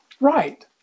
Right